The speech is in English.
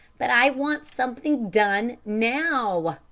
but i want something done now!